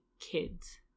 kids